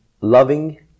loving